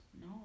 No